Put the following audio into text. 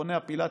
מכוני הפילאטיס,